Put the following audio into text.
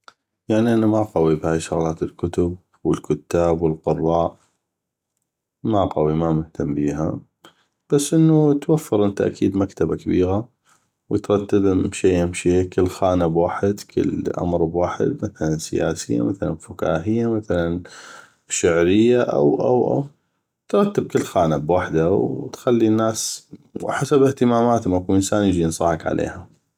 يعني انا ما قوي بهاي شغلات الكتب والكتاب والقراء ما قوي ما مهتم بيها بس انو توفر انته مكتبه كبيغه وترتبم شي يم شي كل خانه بوحد كل امر بوحد مثلا سياسيه مثلا فكاهيه مثلا شعرية أو أو او ترتب كل خانه بوحده وتخلي الناس أو حسب اهتماماتم اكو انسان يجي ينصحك عليها